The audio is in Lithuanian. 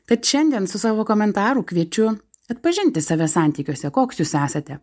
tad šiandien su savo komentaru kviečiu atpažinti save santykiuose koks jūs esate